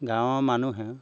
গাঁৱৰ মানুহে